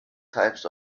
types